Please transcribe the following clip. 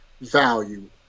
value